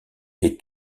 est